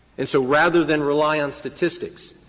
and so rather than rely on statistics,